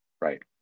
Right